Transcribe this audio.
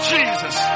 Jesus